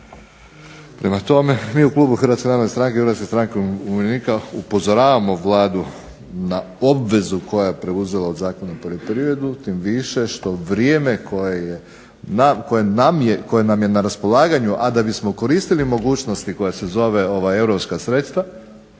Prema tome, mi u klubu HNS-a i HSU-a upozoravamo Vladu na obvezu koju je preuzela od Zakona za poljoprivredu tim više što vrijeme koje nam je na raspolaganju, a da bismo koristili mogućnosti koja se zove europska sredstva